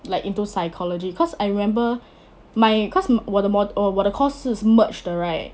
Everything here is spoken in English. like into psychology cause I remember my cause 我的 mo~ 我的 course 是 merged 的 right